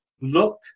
Look